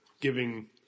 giving